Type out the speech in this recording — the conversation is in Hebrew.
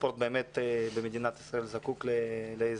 הספורט במדינת ישראל זקוק לעזרה.